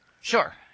Sure